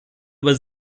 über